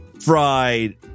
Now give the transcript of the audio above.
fried